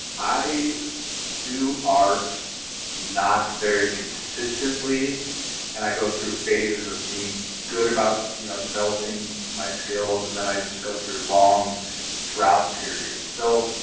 i do art not very consistently and i go through phases of being good about you know, developing my skills and then i just go through long drought periods. so,